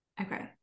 Okay